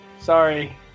sorry